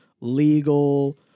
legal